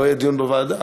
לא יהיה דיון בוועדה.